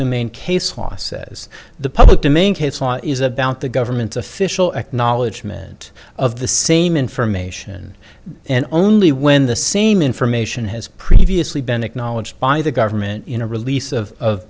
domain case law says the public domain case law is about the government's official acknowledgment of the same information and only when the same information has previously been acknowledged by the government in a release